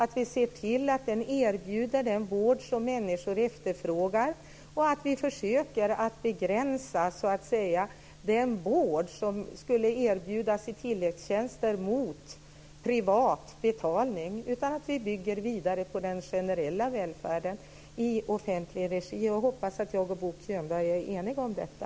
Vi ser till att den erbjuder den vård som människor efterfrågar och försöker så att säga att begränsa den vård som skulle erbjudas i tilläggstjänster mot privat betalning. Vi bygger vidare på den generella välfärden i offentlig regi. Jag hoppas att jag och Bo Könberg är eniga om detta.